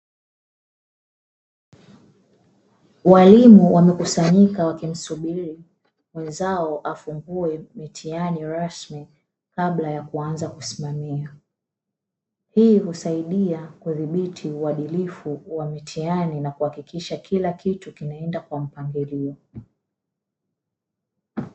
Walimu wamekusanyika wakisubiri mwenzao afungue mtihani rasmi kabla ya kuanza kusimamia, hii husaidia udhibiti wa uhalifu wa mitihani na kuhakikisha kila kitu kinaenda kwa mpangilio.